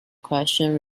question